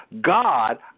God